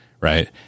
right